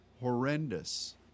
horrendous